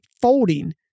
folding